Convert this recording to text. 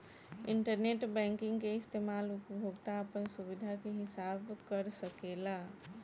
internet banking के इस्तमाल उपभोक्ता आपन सुबिधा के हिसाब कर सकेला